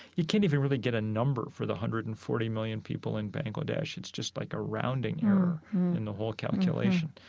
you can't even really get a number for the one hundred and forty million people in bangladesh. it's just like a rounding error in the whole calculation